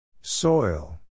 Soil